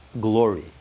glory